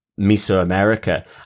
Mesoamerica